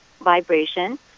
vibration